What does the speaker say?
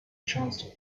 chance